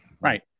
Right